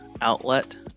Outlet